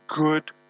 good